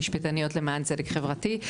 משפטניות למען צדק חברתי,